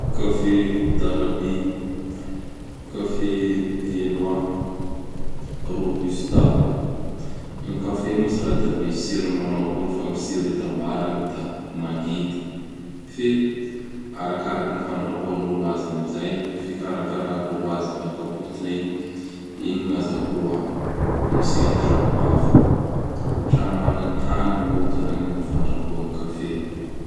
Café d'Arabie, café Viennoie, Robusta. Gny café moa tsy raha da misy tsirony manao akory fa gny tsiro itambarany da mangidy. Fe arakarakin'ny fandrahan'olo azy amizay, fikarakaran'olo azy baka apotony egny; igny gn'azahoa gny tsirony samifaha. Samy mana n tagnany n'olo zany am fandrahoa café.